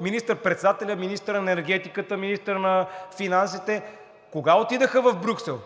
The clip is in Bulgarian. министър-председателят, министърът на енергетиката, министърът на финансите кога отидоха в Брюксел?!